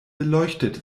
beleuchtet